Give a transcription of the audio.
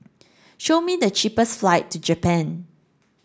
show me the cheapest flight to Japan